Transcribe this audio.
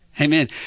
Amen